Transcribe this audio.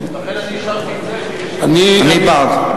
אני בעד.